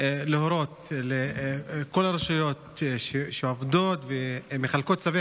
להורות לכל הרשויות שעובדות ומחלקות צווי